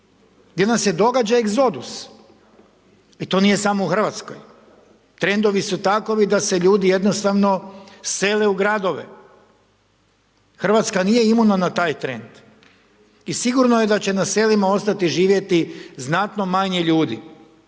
gdje nam se događa egzodus. I to nije samo u Hrvatskoj, trendovi su takovi da se ljudi jednostavno sele u gradove, Hrvatska nije imuna na taj trend i sigurno je da će na selima ostati živjeti znatno manje ljudi